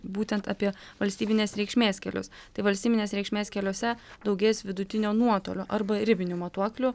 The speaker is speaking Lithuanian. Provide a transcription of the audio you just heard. būtent apie valstybinės reikšmės kelius tai valstybinės reikšmės keliuose daugės vidutinio nuotolio arba ribinių matuoklių